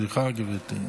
סליחה, גברתי.